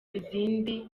izindi